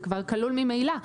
זה כבר כלול ממילא.